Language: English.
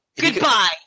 Goodbye